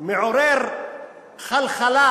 מעורר חלחלה,